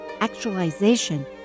actualization